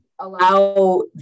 allow